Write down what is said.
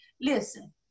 Listen